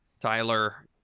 Tyler